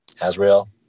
Azrael